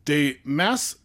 tai mes